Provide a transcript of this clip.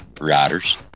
Riders